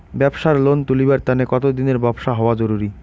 ব্যাবসার লোন তুলিবার তানে কতদিনের ব্যবসা হওয়া জরুরি?